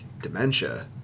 dementia